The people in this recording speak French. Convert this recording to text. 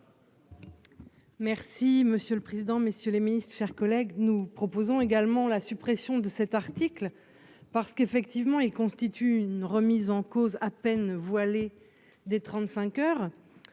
Merci monsieur le président, messieurs les Ministres, chers collègues, nous proposons également la suppression de cet article parce qu'effectivement, il constitue une remise en cause à peine voilée des 35 heures